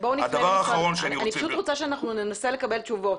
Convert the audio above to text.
אני רוצה שננסה לקבל תשובות.